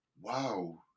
Wow